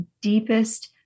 deepest